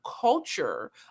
culture